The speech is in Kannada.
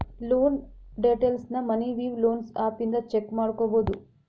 ಲೋನ್ ಡೇಟೈಲ್ಸ್ನ ಮನಿ ವಿವ್ ಲೊನ್ಸ್ ಆಪ್ ಇಂದ ಚೆಕ್ ಮಾಡ್ಕೊಬೋದು